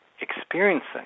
experiencing